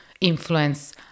influence